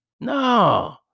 No